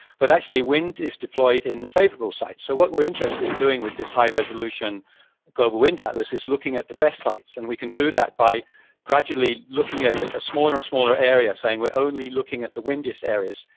but actually, wind is deployed in the favorable sites, so what we're interested in doing with this high-resolution global wind atlas is looking at the best sites. and we can do that by gradually looking at a smaller and smaller area, saying we're only looking at the windiest areas,